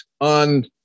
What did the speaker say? on